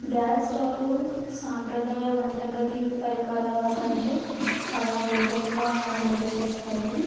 gas స్టవ్వులు సాంప్రదాయ వంట గది పరికరాలకంటే చాలా వేగంగా వేడిచేస్తాయి